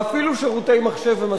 ואפילו שירותי מחשב ומזגן.